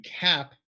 cap